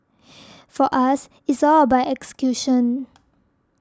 for us it's all about execution